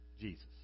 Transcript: Jesus